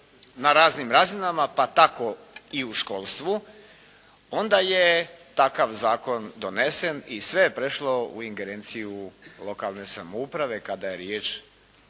na raznim razinama, pa tako i u školstvu, onda je takav zakon donesen i sve je prešlo u ingerenciju lokalne samouprave kada je riječ